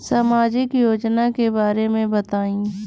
सामाजिक योजना के बारे में बताईं?